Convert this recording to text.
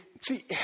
see